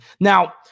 Now